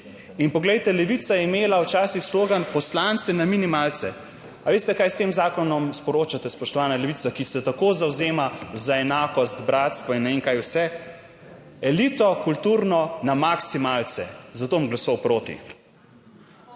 in poglejte, Levica je imela včasih slogan, poslance na minimalce. A veste kaj s tem zakonom sporočate spoštovana Levica, ki se tako zavzema za enakost, bratstvo in ne vem kaj vse? Elito kulturno na maksimalce. Zato bom glasoval proti.